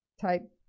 type